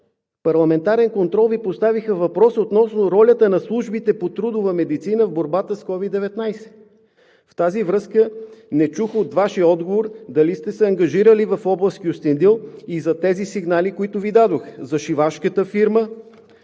парламентарен контрол Ви поставиха въпрос относно ролята на службите по трудова медицина в борбата с COVID-19. В тази връзка не чух от Вашия отговор дали сте се ангажирали в област Кюстендил и за тези сигнали, които Ви дадох – за шивашката фирма